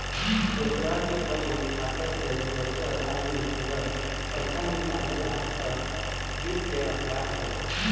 दोसरा के बैंक खाता से दोसर आदमी अगर पइसा निकालेला त वित्तीय अपराध होला